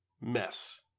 mess